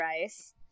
rice